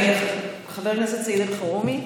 חבר הכנסת סעיד אלחרומי,